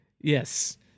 yes